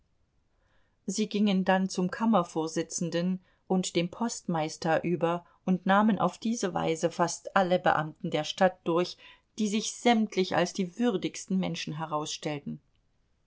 sie gingen dann zum kammervorsitzenden und dem postmeister über und nahmen auf diese weise fast alle beamten der stadt durch die sich sämtlich als die würdigsten menschen